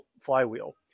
flywheel